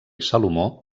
salomó